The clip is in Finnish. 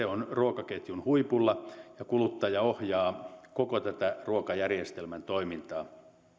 on ruokaketjun huipulla ja kuluttaja ohjaa koko ruokajärjestelmän toimintaa